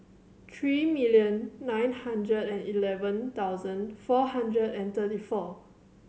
three million nine hundred and eleven thousand four hundred and thirty four